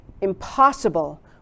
impossible